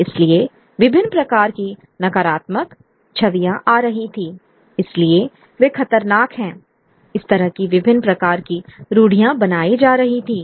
इसलिए विभिन्न प्रकार की नकारात्मक छवियां आ रही थीं Iइसलिए वे खतरनाक हैं इस तरह की विभिन्न प्रकार की रूढ़ियाँ बनाई जा रही थीं